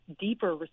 deeper